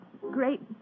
great